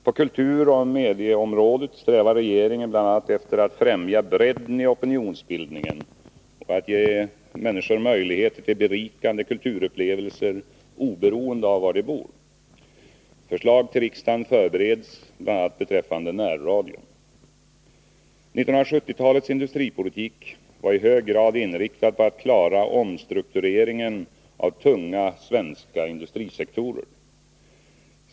På kulturoch medieområdet strävar regeringen bl.a. efter att främja bredden i opinionsbildningen och att ge människor möjligheter till berikande kulturupplevelser oberoende av var de bor. Förslag till riksdagen förbereds bl.a. beträffande närradion. 1970-talets industripolitik var i hög grad inriktad på att klara omstruktureringen av tunga svenska industrisektorer.